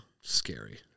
Scary